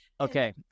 Okay